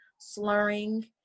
slurring